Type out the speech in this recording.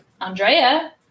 Andrea